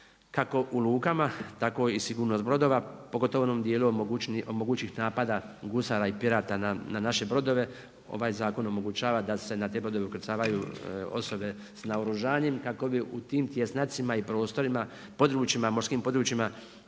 kako u lukama, tako i sigurnost brodova pogotovo u onom dijelu od mogućih napada gusara i pirata na naše brodove ovaj zakon omogućava da se na te brodove ukrcavaju osobe sa naoružanjem kako bi u tim tjesnacima i prostorima, područjima, morskim područjima